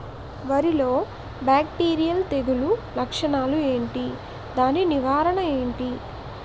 వరి లో బ్యాక్టీరియల్ తెగులు లక్షణాలు ఏంటి? దాని నివారణ ఏంటి?